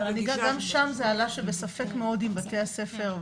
אבל גם שם זה עלה שבספק מאוד עם בתי הספר,